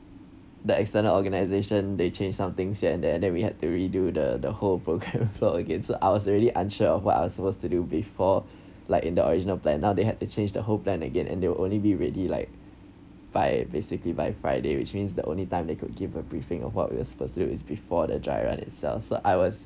the external organization they change some things here and there that we had to redo the the whole program against so I was really unsure of what I was supposed to do before like in the original plan now they had to change the whole plan again and they will only be ready like by basically by friday which means the only time they could give a briefing on what we're supposed to do is before the dry run itself so I was